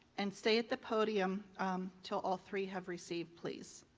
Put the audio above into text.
and stay at the podium till all three have received, please.